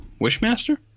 Wishmaster